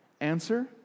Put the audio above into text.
Answer